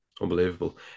Unbelievable